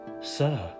Sir